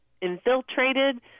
infiltrated